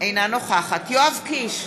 אינה נוכחת יואב קיש,